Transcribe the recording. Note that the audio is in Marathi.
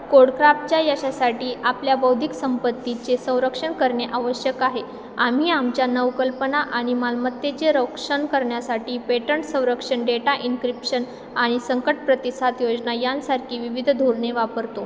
कोडक्रापच्या यशासाठी आपल्या बौद्धिक संपत्तीचे संरक्षण करणे आवश्यक आहे आम्ही आमच्या नवकल्पना आणि मालमत्तेचे रक्षण करण्यासाठी पेटंट संरक्षण डेटा इन्क्रिप्शन आणि संकट प्रतिसाद योजना यांसारखी विविध धोरणे वापरतो